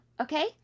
okay